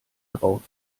drauf